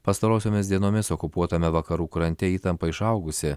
pastarosiomis dienomis okupuotame vakarų krante įtampa išaugusi